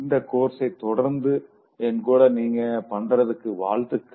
இந்த கோர்ச தொடர்ந்து என்கூட நீங்க பண்றதுக்கு வாழ்த்துக்கள்